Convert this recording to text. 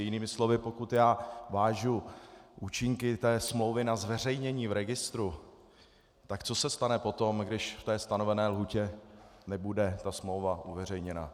Jinými slovy, pokud já vážu účinky té smlouvy na zveřejnění v registru, tak co se stane potom, když v té stanovené lhůtě nebude ta smlouva uveřejněna?